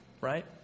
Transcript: right